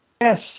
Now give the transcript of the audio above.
Yes